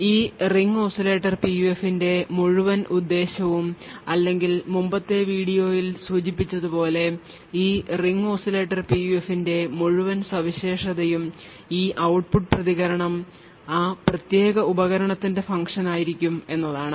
ഇപ്പോൾ ഈ ring oscillator പിയുഎഫിന്റെ മുഴുവൻ ഉദ്ദേശ്യവും അല്ലെങ്കിൽ മുമ്പത്തെ വീഡിയോയിൽ സൂചിപ്പിച്ചതുപോലെ ഈ റിംഗ് ഓസിലേറ്റർ പിയുഎഫിന്റെ മുഴുവൻ സവിശേഷതയും ഈ ഔട്ട്പുട്ട് പ്രതികരണം ആ പ്രത്യേക ഉപകരണത്തിന്റെ function ആയിരിക്കും എന്നതാണ്